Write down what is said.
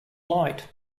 light